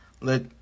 let